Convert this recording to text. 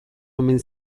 omen